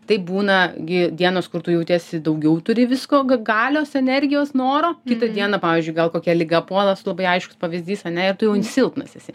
taip būna gi dienos kur tu jautiesi daugiau turi visko g galios energijos noro kitą dieną pavyzdžiui gal kokia liga puola toks aiškus pavyzdys ane ir tu jau silpnas esi